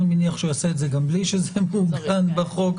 אני מניח שיעשה את זה גם בלי שזה מעוגן בחוק.